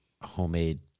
homemade